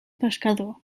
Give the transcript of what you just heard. pescador